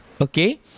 Okay